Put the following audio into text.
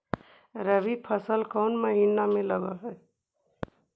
रबी फसल कोन महिना में लग है?